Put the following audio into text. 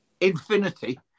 infinity